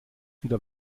wieder